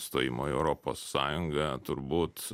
stojimo į europos sąjungą turbūt